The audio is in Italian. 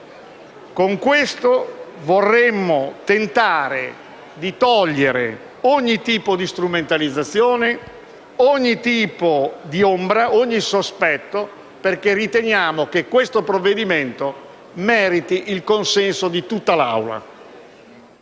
Con questo vorremmo eliminare ogni strumentalizzazione, ogni ombra, ogni sospetto, perché riteniamo che questo provvedimento meriti il consenso di tutta l'Assemblea.